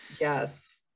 Yes